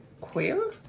quail